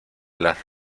las